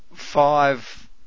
Five